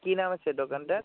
কী নাম আছে দোকানটার